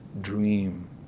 dream